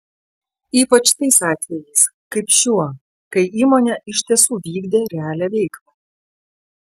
ypač tais atvejais kaip šiuo kai įmonė iš tiesų vykdė realią veiklą